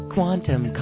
Quantum